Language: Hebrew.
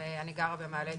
ואני גרה במעלה אדומים.